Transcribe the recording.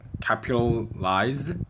capitalized